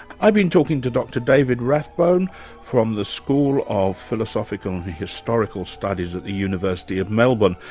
i've been talking to dr david rathbone from the school of philosophical and historical studies at the university of melbourne.